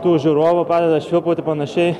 tų žiūrovų pradeda švilpauti panašiai